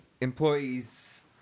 employees